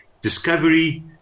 Discovery